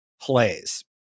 plays